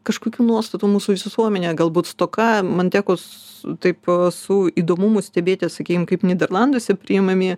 kažkokių nuostatų mūsų visuomenėje galbūt stoka man teko taip su įdomumu stebėti sakykime kaip nyderlanduose priimami